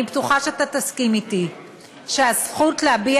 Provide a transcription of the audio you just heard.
אני בטוחה שאתה תסכים אתי שהזכות להביע